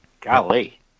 Golly